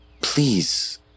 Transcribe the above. Please